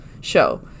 show